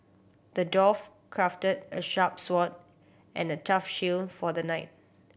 the dwarf crafted a sharp sword and a tough shield for the knight